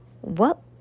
What